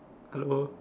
hello